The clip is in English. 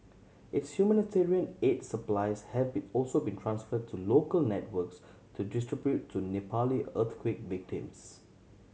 its humanitarian aid supplies have been also been transfer to local networks to distribute to Nepali earthquake victims